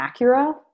Acura